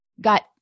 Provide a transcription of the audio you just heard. got